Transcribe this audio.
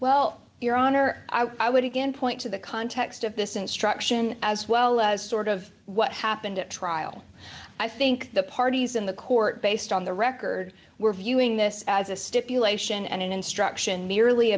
well your honor i would again point to the context of this instruction as well as sort of what happened at trial i think the parties in the court based on the record were viewing this as a stipulation and an instruction merely